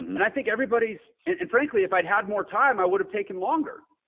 and and i think everybody's, and and frankly, if i'd had more time, i would have taken longer.